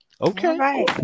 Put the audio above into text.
Okay